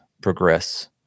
progress